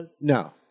No